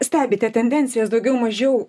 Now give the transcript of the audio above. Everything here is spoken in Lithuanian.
stebite tendencijas daugiau mažiau